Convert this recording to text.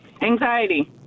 Anxiety